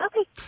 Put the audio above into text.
Okay